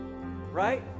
right